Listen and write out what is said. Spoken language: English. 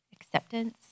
acceptance